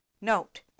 Note